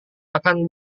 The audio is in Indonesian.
akan